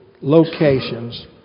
locations